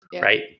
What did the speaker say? right